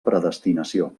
predestinació